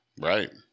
right